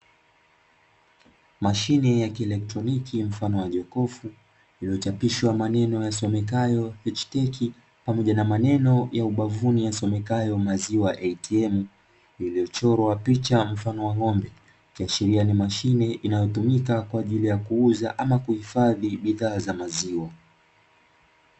Mashine ya kielektroniki mfano wa jokofu lililo chapishwa maneno yasomekayo (H-TECH). Pamoja na maneno ya ubavuni yasomekayo "maziwa (ATM)" iliyo chorwa picha mfano wa ng'ombe ikiashiria ni mashine inayo tumika kuuza ama kuhifadhi bidhaa za maziwa